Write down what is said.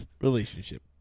relationship